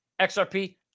XRP